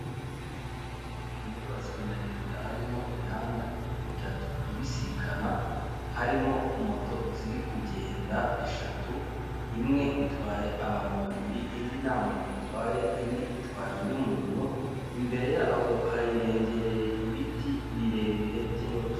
Ahantu hubatswe na leta harimo imihanda itatu ibisikana, harimo moto ziri kugenda eshatu imwe itwaye abantu babiri, indi nta muntu utwaye, indi itwaye undi muntu, imbere y'aho hirengereye ibiti birebire by'inturusu.